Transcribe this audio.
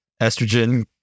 estrogen